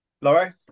Laurie